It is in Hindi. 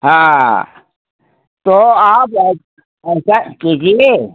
हाँ तो आप ऐसा कीजिए